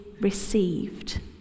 received